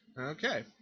Okay